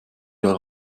wir